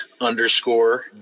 underscore